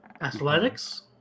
Athletics